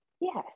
Yes